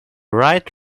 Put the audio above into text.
right